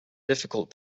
difficult